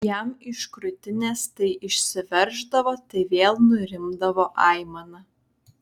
jam iš krūtinės tai išsiverždavo tai vėl nurimdavo aimana